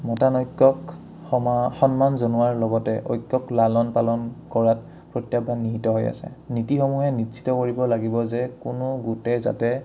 মতা নক্যক সম সন্মান জনোৱাৰ লগতে ঐক্যক লালন পালন কৰাত প্ৰত্যাহ্বান নিহিত হৈ আছে নীতিসমূহে নিশ্চিত কৰিব লাগিব যে কোনো গোটেই যাতে